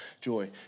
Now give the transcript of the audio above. joy